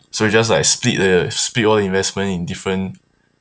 so you just like split the split all the investment in different